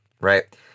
Right